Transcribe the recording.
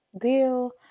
deal